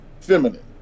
feminine